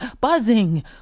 buzzing